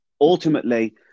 ultimately